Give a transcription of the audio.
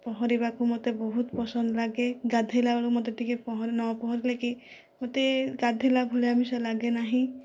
ପହଁରିବାକୁ ମୋତେ ବହୁତ ପସନ୍ଦ ଲଗେ ଗାଧୋଇଲା ବେଳୁ ମୋତେ ଟିକେ ନ ପହଁରିଲେ କି ମୋତେ ଗାଧୋଇଲା ଭଳିଆ ବି ସେ ଲାଗେ ନାହିଁ